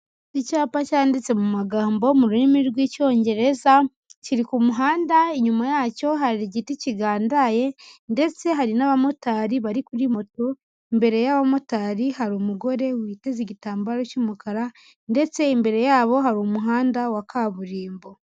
Icyapa cyanditse mu magambo mu rurimi rw'Icyongereza kiri ku muhanda, inyuma yacyo hari igiti kigandaye ndetse hari n'abamotari bari kuri moto, imbere y'abamotari hari umugore witeze igitambaro cy'umukara ndetse imbere yabo hari umuhanda wa kaburimbo.